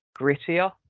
grittier